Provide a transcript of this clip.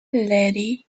lady